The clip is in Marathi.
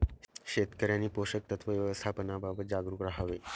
शेतकऱ्यांनी पोषक तत्व व्यवस्थापनाबाबत जागरूक राहावे